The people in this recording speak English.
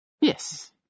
Yes